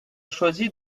choisie